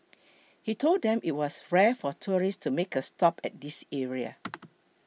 he told them that it was rare for tourists to make a stop at this area